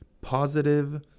positive